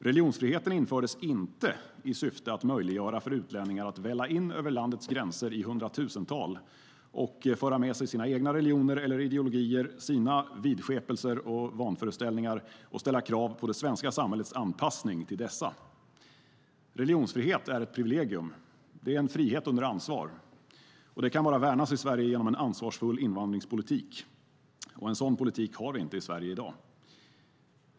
Religionsfriheten infördes inte i syfte att möjliggöra för utlänningar att välla in över landets gränser i hundratusental, att föra med sig sina egna religioner eller ideologier, sina vidskepelser och vanföreställningar, och ställa krav på det svenska samhällets anpassning till dessa. Religionsfrihet är ett privilegium. Det är en frihet under ansvar. Den kan bara värnas i Sverige genom en ansvarsfull invandringspolitik. En sådan politik har vi inte i Sverige i dag.